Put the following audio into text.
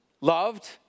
loved